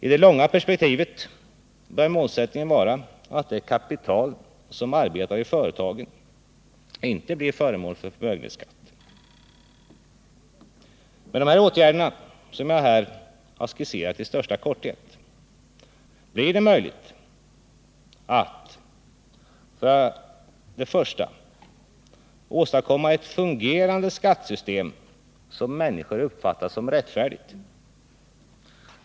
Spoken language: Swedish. I det långa perspektivet bör målsättningen vara att det kapital som arbetar i företagen inte blir föremål för förmögenhetsskatt. Med de åtgärder som jag här skisserat i största korthet blir det möjligt att för det första åstadkomma ett fungerande skattesystem som människor uppfattar som rättfärdigt.